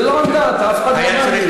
זה לא על, אף אחד לא אמר את זה.